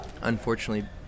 unfortunately